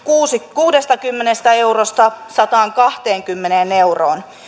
kuudestakymmenestä eurosta sataankahteenkymmeneen euroon